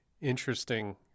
interesting